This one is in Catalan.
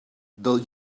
del